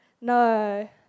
No